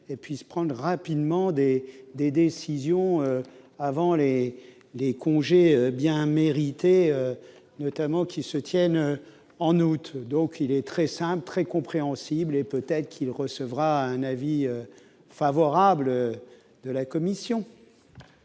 et puissent prendre rapidement des décisions, avant les congés bien mérités d'août. Cet amendement est très simple, très compréhensible et peut-être qu'il recevra un avis favorable de la commission.